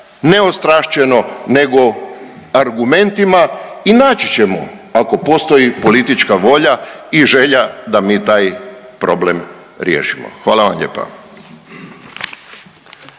neostrašćeno, nego argumentima i naći ćemo ako postoji politička volja i želja da mi taj problem riješimo. Hvala vam lijepa.